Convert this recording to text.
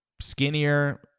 skinnier